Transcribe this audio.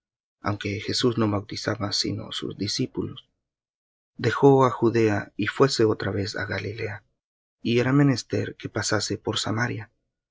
que jesús hacía y bautizaba más discípulos que juan dejó á judea y fuése otra vez á galilea y era menester que pasase por samaria